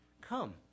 Come